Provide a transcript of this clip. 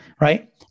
right